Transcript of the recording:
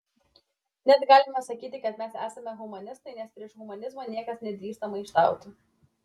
net galime sakyti kad mes esame humanistai nes prieš humanizmą niekas nedrįsta maištauti